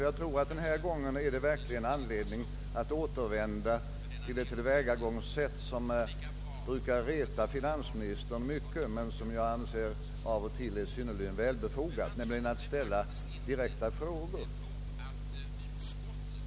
Jag tror att det vid detta tillfälle verkligen är anledning att återvända till ett tillvägagångssätt, som brukar reta finansministern mycket men som jag anser av och till är synnerligen välbefogat, nämligen att ställa direkta frågor.